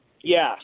Yes